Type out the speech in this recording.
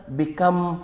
become